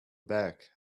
back